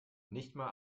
nichtmal